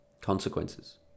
Consequences